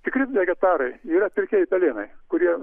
tikri vegetarai yra pilkieji pelėnai kurie